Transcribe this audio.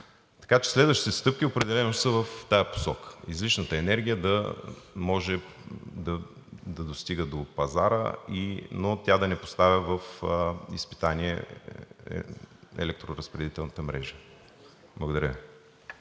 Така че следващите стъпки определено са в тази посока – излишната енергия да може да достига до пазара, но тя да не поставя в изпитание електроразпределителната мрежа. Благодаря.